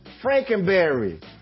Frankenberry